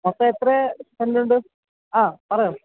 അപ്പം എത്ര സെൻറ്റുണ്ട് ആ പറഞ്ഞോ